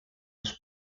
les